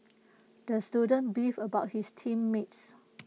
the student beefed about his team mates